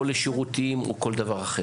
של שירותים או כל דבר אחר.